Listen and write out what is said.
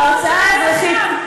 תקראי את הרפורמות,